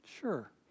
sure